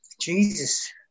Jesus